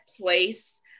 place